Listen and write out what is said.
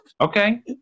Okay